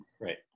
Right